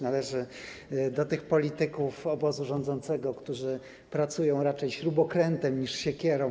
Należy do tych polityków obozu rządzącego, którzy pracują raczej śrubokrętem niż siekierą.